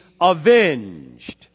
avenged